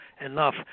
enough